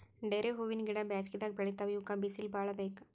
ಡೇರೆ ಹೂವಿನ ಗಿಡ ಬ್ಯಾಸಗಿದಾಗ್ ಬೆಳಿತಾವ್ ಇವಕ್ಕ್ ಬಿಸಿಲ್ ಭಾಳ್ ಬೇಕ್